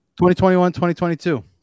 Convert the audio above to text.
2021-2022